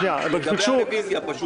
לגבי הרוויזיה.